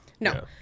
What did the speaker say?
No